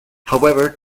however